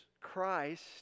Christ